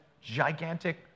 gigantic